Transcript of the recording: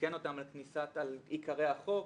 ועדכן אותם על כניסת עיקרי החוק,